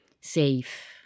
safe